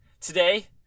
Today